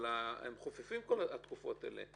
אבל כל התקופות האלה חופפות.